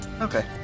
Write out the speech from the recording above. Okay